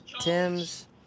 Tim's